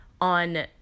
on